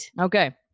Okay